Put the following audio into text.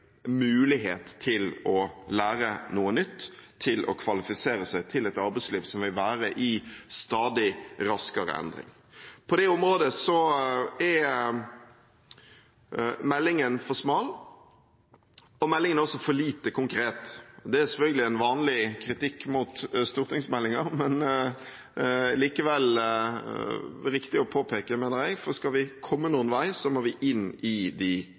mulighet til å lære noe nytt og til å kvalifisere seg til et arbeidsliv som vil være i stadig raskere endring. På det området er meldingen for smal, og den er også for lite konkret. Det er selvfølgelig en vanlig kritikk mot stortingsmeldinger. Men likevel er det riktig å påpeke det, mener jeg, for skal vi komme noen vei, må vi inn i de